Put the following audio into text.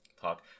talk